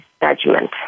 judgment